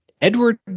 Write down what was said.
Edward